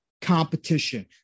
competition